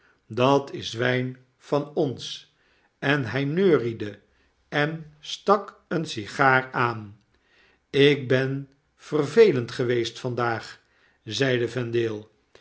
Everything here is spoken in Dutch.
dat is wijn van ons eu hy neuriede en stak eene sigaar aan ik ben vervelend geweest vandaag zeide vendale